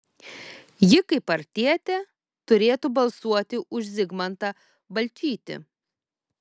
ji kaip partietė turėtų balsuoti už zigmantą balčytį